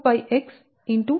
dx లభిస్తుంది